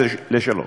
זה לשלוש.